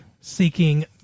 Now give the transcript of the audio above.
seeking